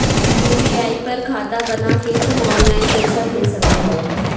UPI पर खाता बना के तू ऑनलाइन पईसा भेज सकत हवअ